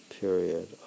period